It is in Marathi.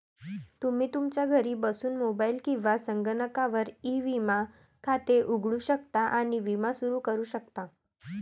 तुम्ही तुमच्या घरी बसून मोबाईल किंवा संगणकावर ई विमा खाते उघडू शकता आणि विमा सुरू करू शकता